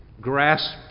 grasp